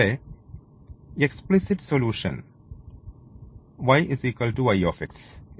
ഇവിടെ explicit solution y y